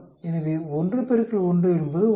எனவே 1 1 என்பது 1